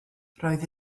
roedd